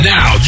Now